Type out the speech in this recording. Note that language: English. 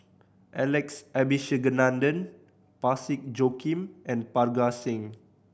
Alex Abisheganaden Parsick Joaquim and Parga Singh